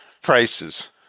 Prices